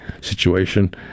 situation